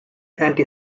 anti